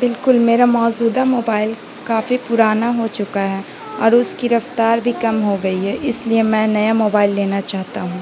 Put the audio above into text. بالکل میرا موجودہ موبائل کافی پرانا ہو چکا ہے اور اس کی رفتار بھی کم ہو گئی ہے اس لیے میں نیا موبائل لینا چاہتا ہوں